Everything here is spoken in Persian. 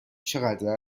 چقدر